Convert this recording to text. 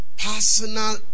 personal